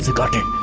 ah got it?